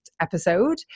episode